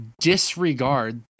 disregard